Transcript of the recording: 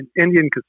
Indian